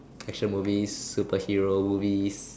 action movies superhero movies